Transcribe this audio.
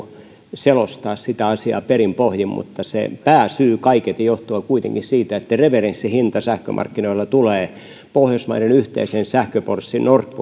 selostaa sitä asiaa perin pohjin mutta se pääsyy kaiketi on kuitenkin se että referenssihinta sähkömarkkinoilla tulee pohjoismaiden yhteisen sähköpörssin nord